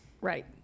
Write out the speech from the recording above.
right